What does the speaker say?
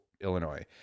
Illinois